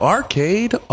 Arcade